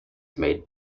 made